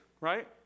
right